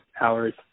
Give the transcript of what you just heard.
hours